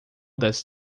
das